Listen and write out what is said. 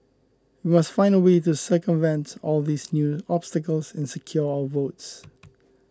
we must find a way to circumvent all these new obstacles and secure our votes